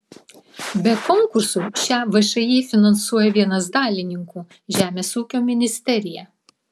be konkursų šią všį finansuoja vienas dalininkų žemės ūkio ministerija